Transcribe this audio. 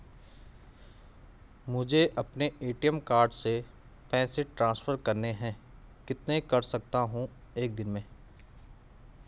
मुझे अपने ATM card से पैसे ट्रांसफर करने हैं कितने कर सकता हूँ एक दिन में?